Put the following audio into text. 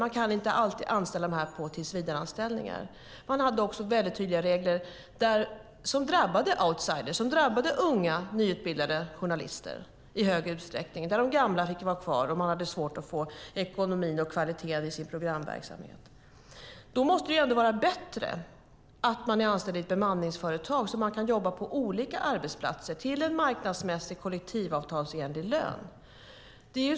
Man kan inte alltid anställa dessa i tillsvidareanställningar. Det har funnits tydliga regler som drabbar outsiders, unga nyutbildade journalister, i högre utsträckning. De gamla får sitta kvar, och det är svårt att få ekonomi och kvalitet i programverksamheten. Då måste det vara bättre att vara anställd i ett bemanningsföretag så att man kan jobba på olika arbetsplatser till en marknadsmässig kollektivavtalsenlig lön.